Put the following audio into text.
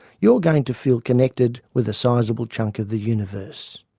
you're going to feel connected with a sizeable chunk of the universe!